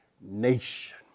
nation